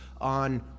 on